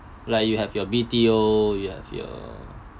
like you have your B_T_O you have your